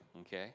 okay